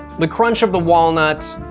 the crunch of the walnuts,